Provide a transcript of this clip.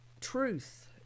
truth